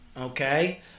okay